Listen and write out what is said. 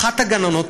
אחת הגננות,